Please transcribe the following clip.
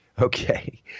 Okay